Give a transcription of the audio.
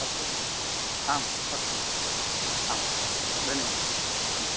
अस्तु आम् अस्तु महोदय आम् अस्तु धन्यवादः